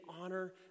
honor